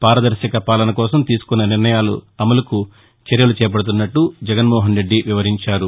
పారదర్శక పాలన కోసం తీసుకున్న నిర్ణయాల అమలుకు చర్యలు చేపడుతున్నట్లు జగన్మోహన్ రెడ్డి వివరించారు